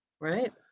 Right